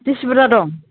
बेसे बुरजा दं